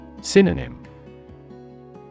Synonym